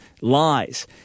lies